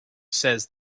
says